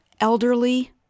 elderly